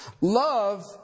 Love